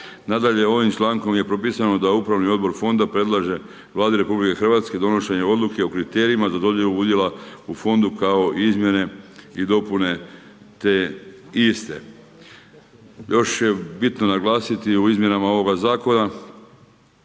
Nadalje ovim člankom je propisano da upravni odbor fonda predlaže Vladi RH donošenje odluka o kriterijima za dodjelu udjela u fondu kao izmjene i dopune te iste. Još je bitno naglasiti u izmjenama ovoga zakona